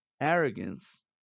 Arrogance